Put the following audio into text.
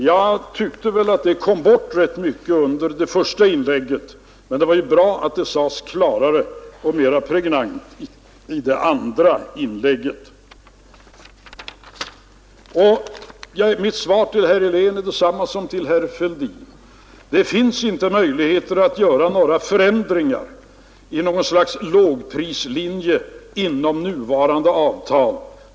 Jag tyckte att detta kom bort i rätt hög grad under det första inlägget, men det var ju bra att det sades klarare och mera pregnant i det andra inlägget. Mitt svar till herr Helén är detsamma som till herr Fälldin: Det finns inte möjligheter att göra några förändringar genom något slags lågprislinje inom nuvarande jordbruksavtal.